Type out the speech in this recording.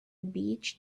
beach